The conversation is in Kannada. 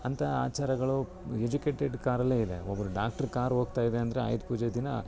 ಅಂಥ ಆಚಾರಗಳು ಎಜುಕೇಟೆಡ್ ಕಾರಲ್ಲೇ ಇದೆ ಒಬ್ರು ಡಾಕ್ಟ್ರ್ ಕಾರ್ ಹೋಗ್ತಾಯಿದೆ ಅಂದರೆ ಆಯುಧ ಪೂಜೆ ದಿನ